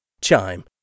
Chime